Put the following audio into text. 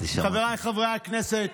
חבריי חברי הכנסת,